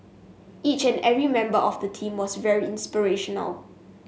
each and every member of the team was very inspirational